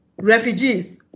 refugees